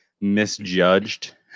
misjudged